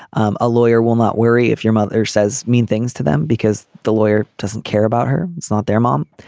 um a lawyer will not worry if your mother says mean things to them because the lawyer doesn't care about her. it's not their mom.